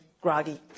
groggy